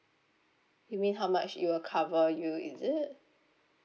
you mean how much it will cover you is it